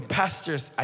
pastors